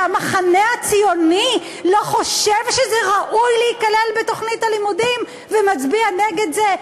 והמחנה הציוני לא חושב שזה ראוי להיכלל בתוכנית הלימודים ומצביע נגד זה?